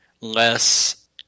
less